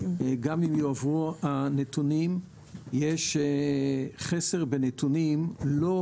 גם אם יועברו הנתונים יש חסר בנתונים שלא